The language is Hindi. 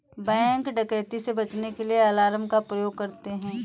बैंक डकैती से बचने के लिए अलार्म का प्रयोग करते है